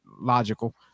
Logical